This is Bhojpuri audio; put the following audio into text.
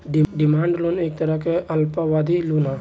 डिमांड लोन एक तरह के अल्पावधि लोन ह